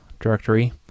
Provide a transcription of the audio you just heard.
directory